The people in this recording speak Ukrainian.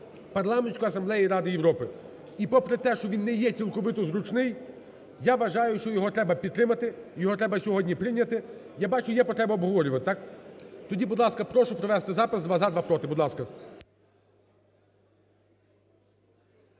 Парламентської асамблеї Ради Європи. І попри те, що він не є цілковито зручний, я вважаю, що його треба підтримати, його треба сьогодні прийняти. Я бачу, є потреба обговорювати, так? Тоді, будь ласка, прошу провести запис: два – "за", два – "проти".